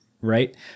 Right